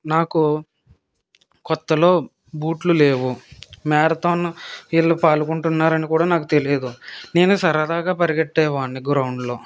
నాకు కొత్తలో బూట్లు లేవు మ్యారథాన్ వీళ్ళు పాల్గొంటున్నారని కూడా నాకు తెలియదు నేను సరదాగా పరిగెట్టేవాడిని గ్రౌండులో